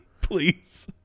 Please